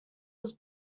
was